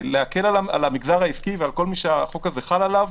להקל על המגזר העסקי ועל כל מי שהחוק הזה חל עליו,